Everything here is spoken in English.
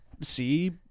see